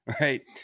Right